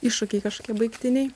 iššūkiai kažkokie baigtiniai